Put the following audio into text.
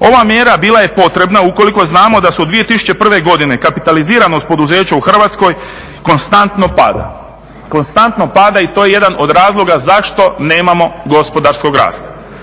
Ova mjera bila je potrebna ukoliko znamo da su od 2001. godine kapitaliziranost poduzeća u Hrvatskoj konstantno pada. Konstantno pada i to je jedan od razloga zašto nemamo gospodarskog rasta.